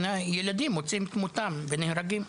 ילדים מוצאים את מותם ונהרגים.